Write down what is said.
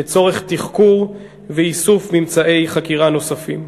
לצורך תחקור ואיסוף ממצאי חקירה נוספים.